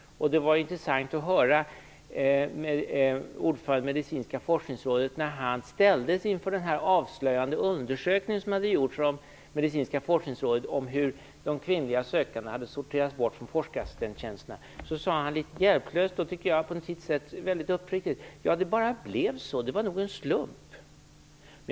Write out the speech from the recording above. Det var intressant att höra vad ordföranden i Medicinska forskningsrådet litet hjälplöst och på sitt sätt väldigt uppriktigt sade när han ställdes inför den avslöjande undersökningen om hur de kvinnliga sökandena hade sorterats bort från forskarassistentstjänsterna: Det bara blev så, det var nog en slump.